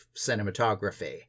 cinematography